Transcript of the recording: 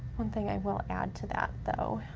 one thing i will add to that though,